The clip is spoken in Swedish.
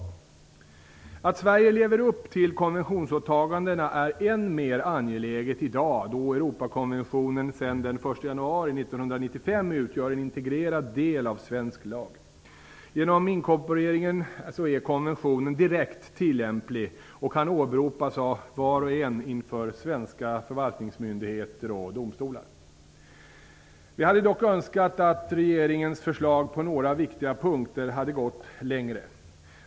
Att Sverige lever upp till konventionsåtagandena är än mer angeläget i dag, eftersom Europakonventionen sedan den 1 januari 1995 utgör en integrerad del av svensk lag. Genom inkorporeringen är konventionen direkt tillämplig och kan åberopas av var och en inför svenska förvaltningsmyndigheter och domstolar. Vi hade dock önskat att regeringens förslag på några viktiga punkter hade gått längre.